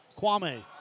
Kwame